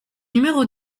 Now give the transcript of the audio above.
numéro